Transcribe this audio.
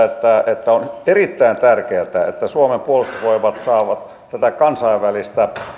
että on erittäin tärkeätä että suomen puolustusvoimat saavat kansainvälistä